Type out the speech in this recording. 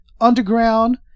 underground